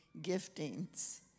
giftings